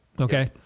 Okay